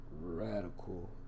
Radical